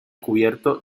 cubierto